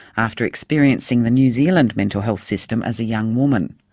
after experiencing the new zealand mental health system as a young woman.